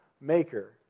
maker